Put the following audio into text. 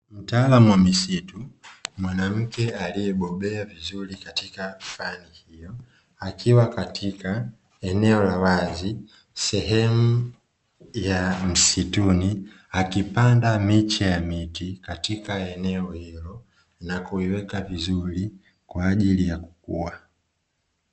Mtaalamu wa misitu mwanamke aliyebobea vizuri katika fani, akiwa katika eneo la wazi sehemu ya msituni akipanda miche ya miti katika eneo hilo na kuiweka vizuri kwa ajili ya kukua.